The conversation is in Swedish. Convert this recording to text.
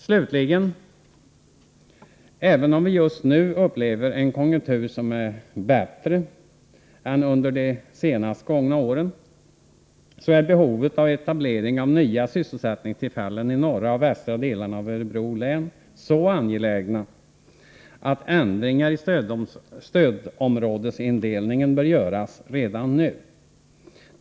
Slutligen: Även om vi just nu upplever en konjunktur som är bättre än under de senast gångna åren, så är behovet av etablering av nya sysselsättningstillfällen i de norra och västra delarna av Örebro län så angeläget att ändringar i stödområdesindelningen bör göras redan nu.